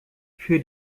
für